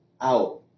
out